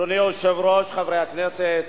אדוני היושב-ראש, חברי הכנסת,